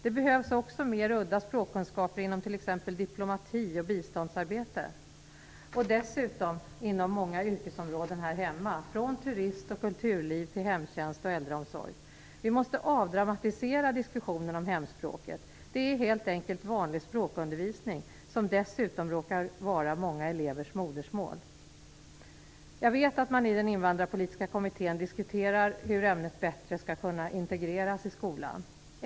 Det behövs också mer udda språkkunskaper inom t.ex. diplomati och biståndsarbete och dessutom inom många yrkesområden här hemma, från turist och kulturliv till hemtjänst och äldreomsorg. Vi måste avdramatisera diskussionen om hemspråket. Det är helt enkelt vanlig språkundervisning, som dessutom råkar vara många elevers modersmål. Jag vet att man i den invandrarpolitiska kommittén diskuterar hur ämnet bättre skall kunna integreras i skolan.